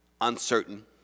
uncertain